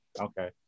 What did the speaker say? Okay